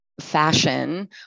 fashion